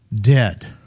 dead